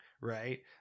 right